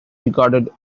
regarded